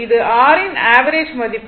இது r யின் average மதிப்பு